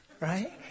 right